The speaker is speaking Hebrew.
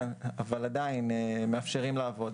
אבל עדיין מאפשרים לעבוד.